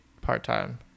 part-time